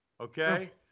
Okay